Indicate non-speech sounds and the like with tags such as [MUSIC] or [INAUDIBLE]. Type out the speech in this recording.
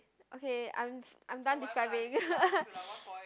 okay I'm I'm done describing [LAUGHS]